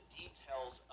details